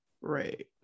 Right